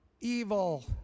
evil